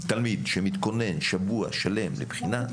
בין תלמיד שמתכונן שבוע שלם לבחינה,